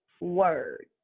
word